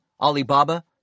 Alibaba